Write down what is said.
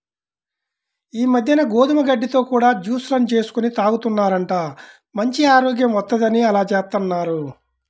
ఈ మద్దెన గోధుమ గడ్డితో కూడా జూస్ లను చేసుకొని తాగుతున్నారంట, మంచి ఆరోగ్యం వత్తందని అలా జేత్తన్నారు